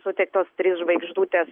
suteiktos trys žvaigždutės